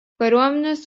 kariuomenės